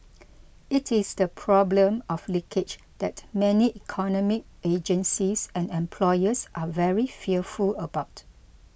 it is the problem of leakage that many economic agencies and employers are very fearful about